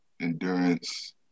endurance